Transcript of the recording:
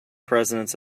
presidents